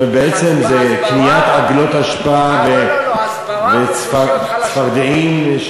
הסברה לאוכלוסיות חלשות.